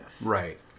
right